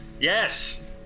Yes